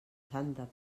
santa